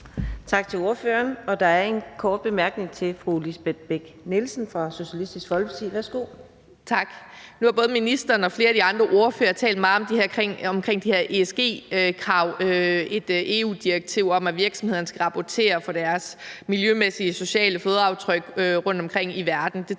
Tak til ordføreren. Der er en kort bemærkning fra fru Lisbeth Bech-Nielsen fra Socialistisk Folkeparti. Værsgo. Kl. 16:05 Lisbeth Bech-Nielsen (SF): Tak. Nu har både ministeren og flere af de andre ordførere talt meget om de her ESG-krav, et EU-direktiv om, at virksomhederne skal rapportere om deres miljømæssige og sociale fodaftryk rundtomkring i verden.